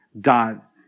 dot